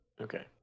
Okay